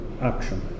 action